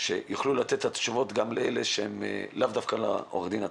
שיוכלו לתת תשובות גם למישהו מטעמו ולאו דווקא לעורך הדין עצמו,